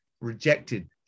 rejected